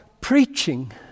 preaching